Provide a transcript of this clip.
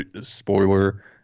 spoiler